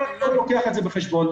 אבל לא לוקח את זה בחשבון.